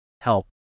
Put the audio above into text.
help